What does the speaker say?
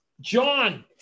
John